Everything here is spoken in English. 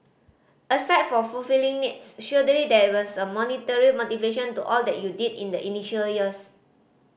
aside from fulfilling needs surely there was a monetary motivation to all that you did in the initial years